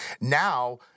now